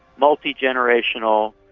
multi-generational,